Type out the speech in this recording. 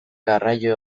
garraio